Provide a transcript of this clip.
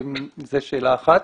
זו שאלה אחת.